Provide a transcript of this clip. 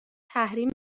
تحریم